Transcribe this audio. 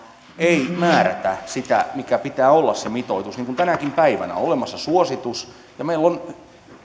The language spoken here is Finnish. ei määrätä sitä mikä pitää olla sen mitoituksen tänäkin päivänä on olemassa suositus ja meillä ovat